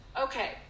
Okay